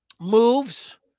moves